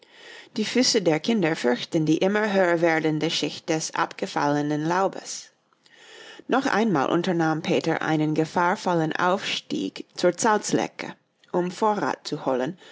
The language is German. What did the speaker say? die füße der kinder furchten die immer höher werdende schicht des abgefallenen laubes noch einmal unternahm peter einen gefahrvollen aufstieg zur salzlecke um vorrat